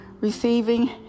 Receiving